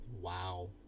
Wow